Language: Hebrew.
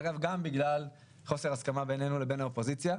אגב, גם בגלל חוסר הסכמה בינינו לבין האופוזיציה.